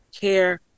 care